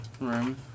room